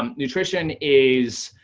um nutrition is,